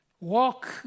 Walk